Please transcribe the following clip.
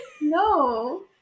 no